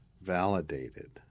validated